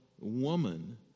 woman